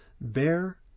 bear